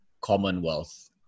Commonwealth